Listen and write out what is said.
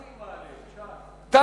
ש"ס איימה עלינו, ש"ס, ירושלים.